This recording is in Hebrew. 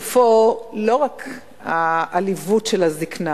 ופה לא רק העליבות של הזיקנה,